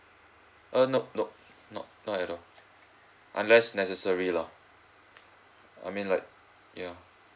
uh no no not at all unless necessary lah I mean like ya